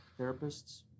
therapists